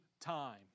time